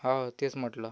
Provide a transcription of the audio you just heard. हो तेच म्हटलं